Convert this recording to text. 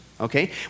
okay